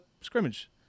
scrimmage